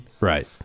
Right